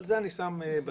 אבל את זה אני שם בצד.